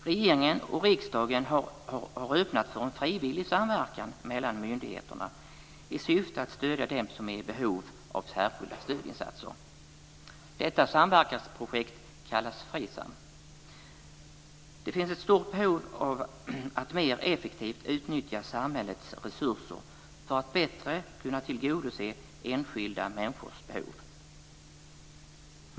Regeringen och riksdagen har öppnat för en frivillig samverkan mellan myndigheterna i syfte att stödja dem som är i behov av särskilda stödinsatser. Detta samverkansprojekt kallas FRISAM. Det finns ett stort behov av att mer effektivt utnyttja samhällets resurser för att bättre kunna tillgodose enskilda människors behov.